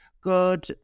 good